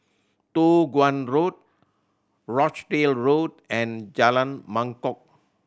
Toh Guan Road Rochdale Road and Jalan Mangkok